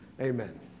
Amen